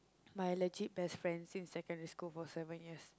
my legit best friend since secondary school for seven years